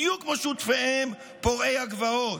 בדיוק כמו שותפיהם פורעי הגבעות.